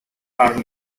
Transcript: are